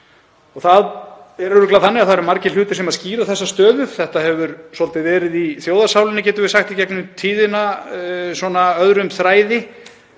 Það er örugglega þannig að það eru margir hlutir sem skýra þessa stöðu. Þetta hefur svolítið verið í þjóðarsálinni, getum við sagt, í gegnum tíðina svona öðrum þræði.